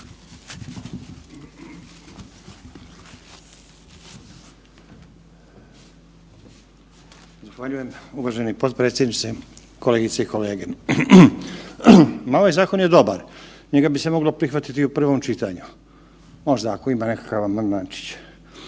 Zahvaljujem uvaženi potpredsjedniče. Kolegice i kolege, ovaj zakon je dobar, njega bi se moglo prihvatiti u prvom čitanju, možda ako ima nekakav amandmančić.